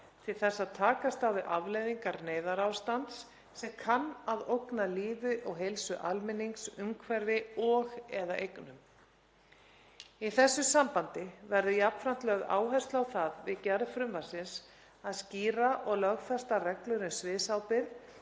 til þess að takast á við afleiðingar neyðarástands sem kann að ógna lífi og heilsu almennings, umhverfi og/eða eignum. Í þessu sambandi verður jafnframt lögð áhersla á það við gerð frumvarpsins að skýra og lögfestar reglur um sviðsábyrgð